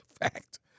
fact